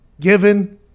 given